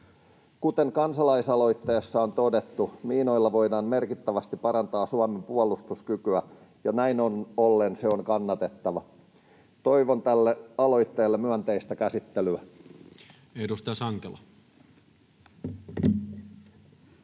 Kuten kansalaisaloitteessa on todettu, miinoilla voidaan merkittävästi parantaa Suomen puolustuskykyä, ja näin ollen se on kannatettava. Toivon tälle aloitteelle myönteistä käsittelyä. Edustaja Sankelo.